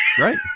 Right